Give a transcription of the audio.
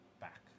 back